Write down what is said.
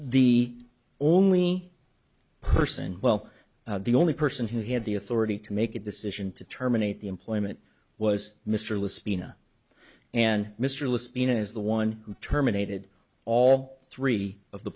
the only person well the only person who had the authority to make a decision to terminate the employment was mr le spina and mr lisping is the one who terminated all three of the